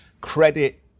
credit